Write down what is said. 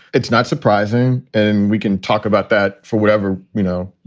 it's not surprising. and we can talk about that for whatever, you know,